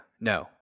No